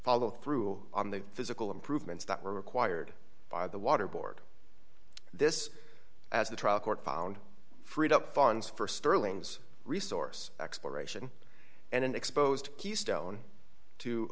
follow through on the physical improvements that were required by the water board this as the trial court found freed up funds for sterling's resource exploration and exposed keystone to